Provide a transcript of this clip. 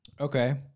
okay